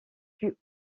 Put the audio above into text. plus